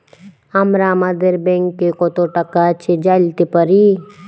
আমরা আমাদের ব্যাংকে কত টাকা আছে জাইলতে পারি